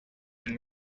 been